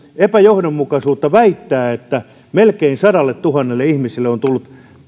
epäjohdonmukaisuutta väittää että melkein sadalletuhannelle ihmiselle on tullut